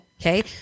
Okay